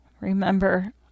remember